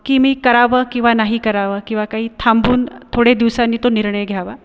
की मी करावं किंवा नाही करावं किंवा काही थांबून थोडे दिवसांनी तो निर्णय घ्यावा